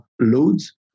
loads